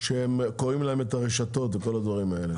שקורעים להם את הרשתות וכל הדברים האלה?